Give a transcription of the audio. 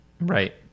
Right